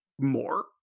more